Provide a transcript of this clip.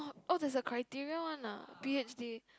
oh there's a criteria one ah p_h_d